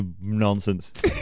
Nonsense